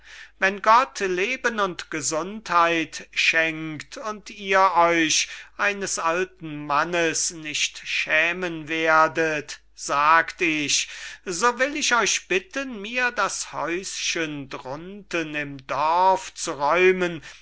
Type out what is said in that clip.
wenn gott leben und gesundheit schenkt und ihr euch eines alten mannes nicht schämen werdet sagt ich so will ich euch bitten mir das häuschen drunten im dorf zu räumen